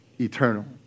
eternal